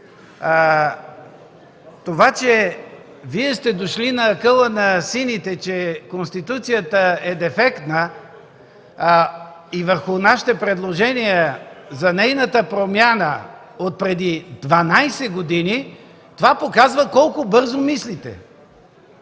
Това, че Вие сте дошли на акъла на сините, че Конституцията е дефектна, и върху нашите предложения за нейната промяна отпреди 12 години, това показва колко бързо мислите,